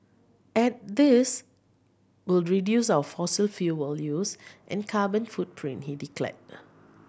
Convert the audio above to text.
and this will reduce our fossil fuel use and carbon footprint he declared